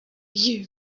you